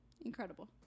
Incredible